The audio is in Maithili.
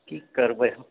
की करबै